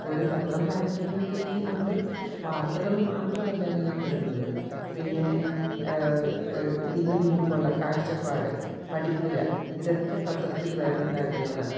അപ്പോൾ ഒരു പത്രം വായിക്കുമ്പോഴത്തേക്കും നമ്മൾ വാർത്തകൾ മാത്രമല്ല അറിയപ്പെടുന്നത് പിന്നെ ഇതിനുമുമ്പുള്ള കാഴ്ചപ്പാട് പഠിപ്പുര ഇതൊക്കെ പത്രത്തിൽ വരുന്ന കാര്യങ്ങളാണ്